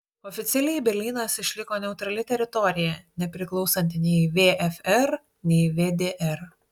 oficialiai berlynas išliko neutrali teritorija nepriklausanti nei vfr nei vdr